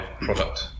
product